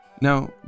Now